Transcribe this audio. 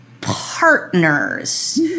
partners